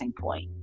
point